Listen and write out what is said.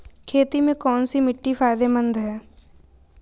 खेती में कौनसी मिट्टी फायदेमंद है?